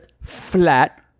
flat